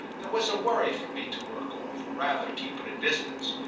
there was a worry for me to work off, or rather keep at a distance,